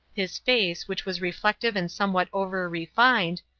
his face, which was reflective and somewhat over-refined,